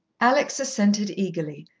alex assented eagerly,